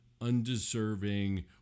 undeserving